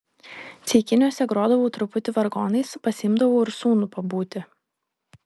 ceikiniuose grodavau truputį vargonais pasiimdavau ir sūnų pabūti